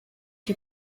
you